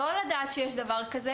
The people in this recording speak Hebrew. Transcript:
לא לדעת שיש דבר כזה.